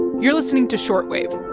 you're listening to short wave